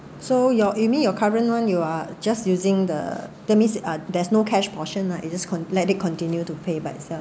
so you're you mean your current one you are just using the that means ah there's no cash portion lah you just cont~ let it continue to pay by itself